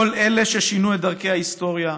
כל אלה ששינו את דרכי ההיסטוריה,